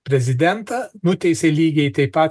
prezidentą nuteisė lygiai taip pat kaip būtų